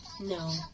no